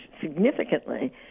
significantly